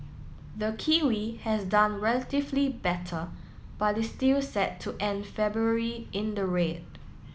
the kiwi has done relatively better but is still set to end February in the red